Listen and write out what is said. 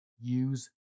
use